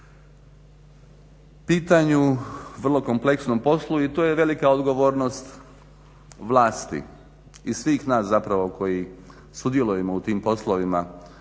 pitanju, vrlo kompleksnom poslu i tu je velika odgovornost vlasti i svih nas zapravo koji sudjelujemo u tim poslovima.